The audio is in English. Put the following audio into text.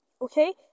okay